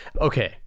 Okay